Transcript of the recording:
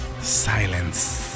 silence